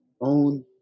own